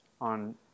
on